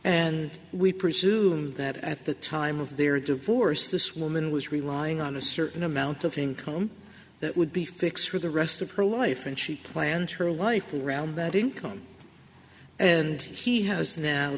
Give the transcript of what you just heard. and we presume that at the time of their divorce this woman was relying on a certain amount of income that would be fixed for the rest of her life and she planned her life around that income and he has now